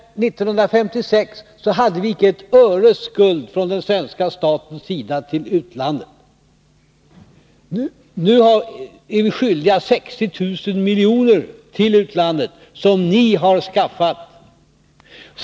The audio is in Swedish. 1956 hade vi icke ett öres skuld från den svenska statens sida till utlandet. Nu är vi skyldiga 60 000 miljoner till utlandet, som ni har åstadkommit.